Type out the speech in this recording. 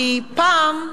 כי פעם,